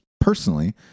personally